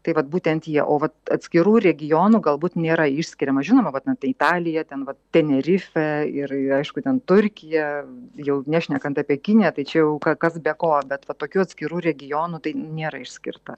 tai vat būtent jie o vat atskirų regionų galbūt nėra išskiriamas žinoma vat na ta italija ten vat tenerifė ir ir aišku ten turkija jau nešnekant apie kiniją tačiau kas be ko bet va tokių atskirų regionų tai nėra išskirta